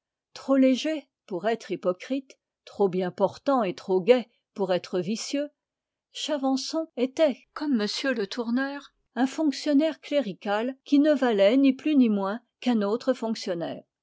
trop léger pour être hypocrite trop bien portant et trop gai pour être vicieux chavançon était comme m le tourneur un fonctionnaire clérical qui ne valait ni plus ni moins qu'un autre fonctionnaire